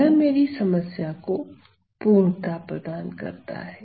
यह मेरी समस्या को पूर्णता प्रदान करता है